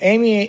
Amy